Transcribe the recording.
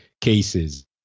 cases